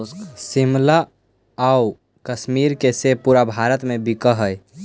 शिमला आउ कश्मीर के सेब पूरे भारत में बिकऽ हइ